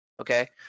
okay